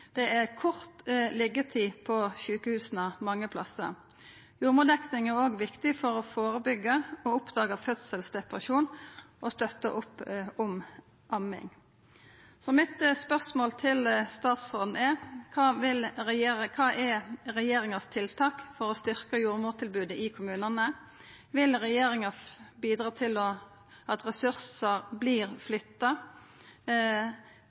det er kort liggjetid på sjukehusa mange plassar. Jordmordekning er òg viktig for å førebyggja og oppdaga fødselsdepresjon og støtta opp om amming. Mine spørsmål til statsråden er: Kva er regjeringas tiltak for å styrkja jordmortilbodet i kommunane? Vil regjeringa bidra til at ressursar